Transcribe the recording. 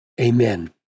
amen